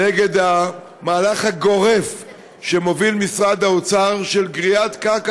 נגד המהלך הגורף שמשרד האוצר מוביל של גריעת קרקע